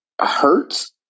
hurts